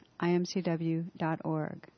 imcw.org